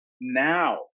now